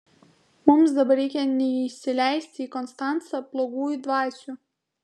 mums dabar reikia neįsileisti į konstancą blogųjų dvasių